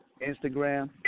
Instagram